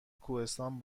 کوهستان